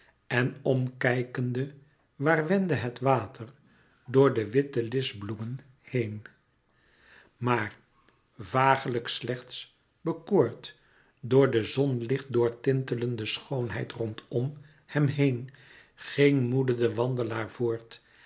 en m kijkende waar wendde het water door de witte lischbloemen heen maar vagelijk slechts bekoord door de zonlicht doortintelde schoonheid rondom hem heen ging moede de wandelaar voort